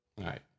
Right